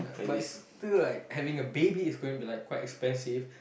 but still like having a baby is going be like quite expensive